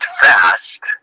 fast